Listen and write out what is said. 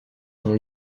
sont